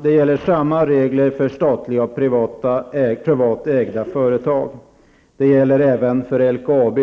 Fru talman! Samma regler gäller för statliga och privatägda företag. De reglerna gäller även för LKAB.